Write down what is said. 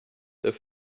their